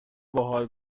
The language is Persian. باحال